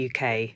UK